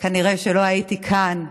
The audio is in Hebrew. כנראה לא הייתי כאן היום,